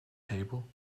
table